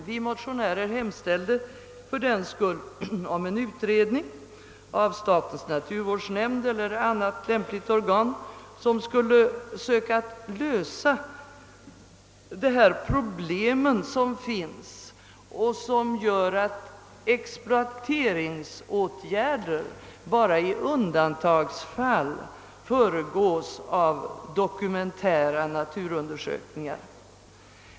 Vi motionärer hemställer fördenskull om en utredning genom statens naturvårdsnämnd eller annat lämpligt organ, som skulle söka lösa detta problem, eftersom exploateringsåtgärder bara i undantagsfall föregås av dokumentära naturundersökningar.